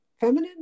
feminine